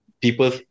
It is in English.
people